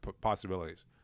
possibilities